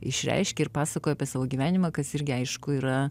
išreiškia ir pasakoja apie savo gyvenimą kas irgi aišku yra